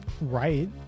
right